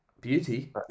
Beauty